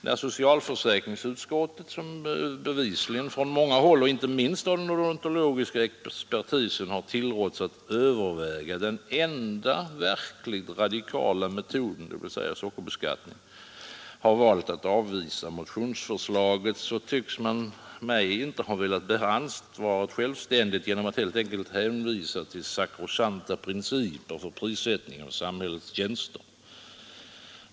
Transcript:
När socialförsäkringsutskottet, som bevisligen från många håll och inte minst av den odontologiska expertisen tillråtts att överväga den enda verkligt radikala metoden, dvs. sockerbeskattning, har valt att avvisa motionsförslaget, tycks man mig inte ha velat bära ansvaret självständigt genom att helt enkelt hänvisa till sakrosankta principer för prissättning av samhällets tjänster.